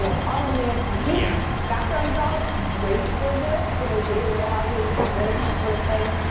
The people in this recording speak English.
it's on demand compute, yeah background jobs, great for this you know data warehousing, analytics, that sort of thing.